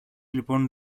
λοιπόν